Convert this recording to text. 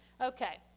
Okay